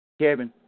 Kevin